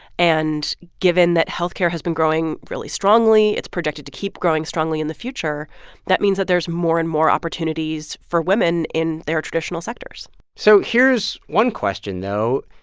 and given that health care has been growing really strongly it's projected to keep growing strongly in the future that means that there's more and more opportunities for women in their traditional sectors so here's one question, though.